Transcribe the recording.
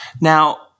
Now